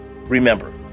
Remember